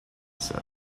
said